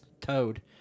Toad